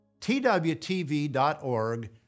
TWTV.org